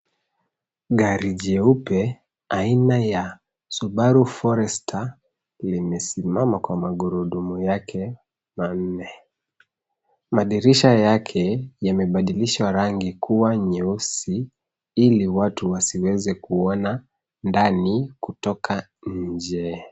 Gari jeupe aina ya Subaru Forester limesimama kwa magurudumu yake mamne. Madirisha yake yamebadilishwa rangi kuwa nyeusi ili watu wasiweze kuona ndani kutoka nje.